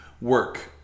work